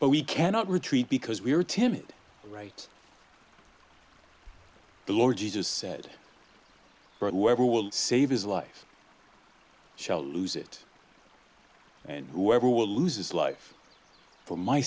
but we cannot retreat because we are timid right the lord jesus said for whoever will save his life shall lose it and whoever will lose his life for my